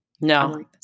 No